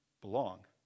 belong